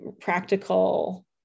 practical